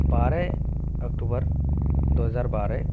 बारह अक्टूबर दो हज़ार बारह